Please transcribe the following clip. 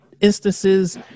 instances